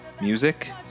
music